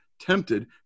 tempted